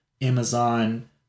amazon